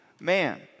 man